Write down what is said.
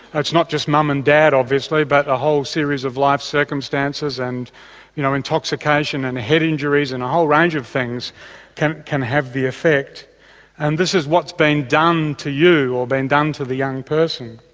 it's not just mum and dad obviously but a whole series of life circumstances and you know intoxication, and head injuries, and a whole range of things can can have the effect and this is what's being done to you, or being done to the young person.